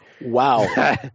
Wow